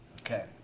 Okay